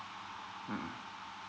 mm